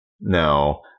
No